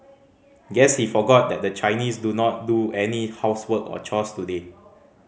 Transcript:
guess he forgot that the Chinese do not do any housework or chores today